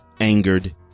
Angered